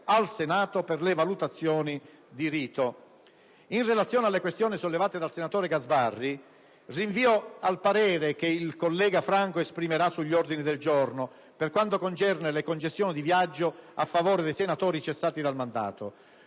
al Senato per le valutazioni di rito. In relazione alle questioni sollevate dal senatore Gasbarri, rinvio al parere che il collega Franco esprimerà sugli ordini del giorno, per quanto concerne le concessioni di viaggio a favore dei senatori cessati dal mandato.